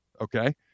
okay